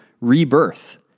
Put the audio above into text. rebirth